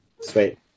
Sweet